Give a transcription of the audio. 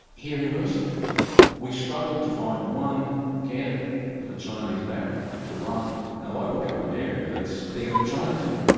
here in hurstville we struggle to find one candidate of a chinese background to run in a local government area that's bigger than chinatown.